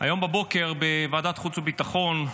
היום בבוקר בוועדת חוץ וביטחון,